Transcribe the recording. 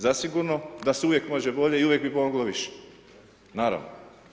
Zasigurno da se uvijek može bolje i uvijek bi moglo više, naravno.